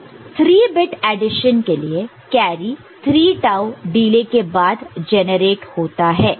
तो 3 bit admission के लिए कैरी 3 टाऊ डिले के बाद जेनरेट होता है